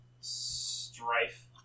strife